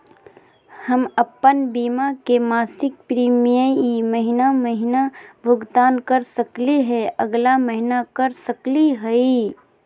हम अप्पन बीमा के मासिक प्रीमियम ई महीना महिना भुगतान कर सकली हे, अगला महीना कर सकली हई?